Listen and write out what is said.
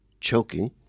choking